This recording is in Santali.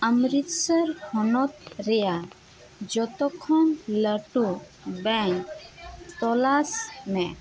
ᱚᱢᱨᱤᱛᱥᱚᱨ ᱦᱚᱱᱚᱛ ᱨᱮᱱᱟᱜ ᱡᱷᱚᱛᱚᱠᱷᱚᱱ ᱞᱟᱹᱴᱩ ᱵᱮᱝᱠ ᱛᱚᱞᱟᱥ ᱢᱮ